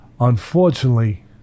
unfortunately